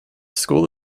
school